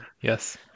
Yes